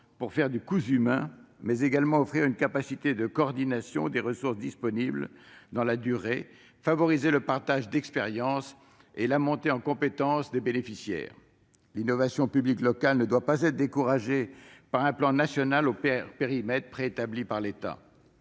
pour faire du « cousu main », mais également offrir une capacité de coordination des ressources disponibles dans la durée, favoriser le partage d'expérience et la montée en compétences des bénéficiaires. L'innovation publique locale ne doit pas être découragée par un plan national au périmètre préétabli par l'État.